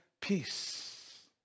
peace